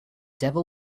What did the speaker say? devil